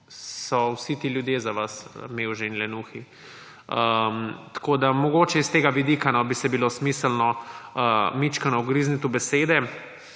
so vsi ti ljudje za vas mevže in lenuhi. Tako da mogoče s tega vidika bi se bilo smiselno malo ugrizniti v besede,